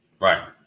right